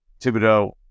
Thibodeau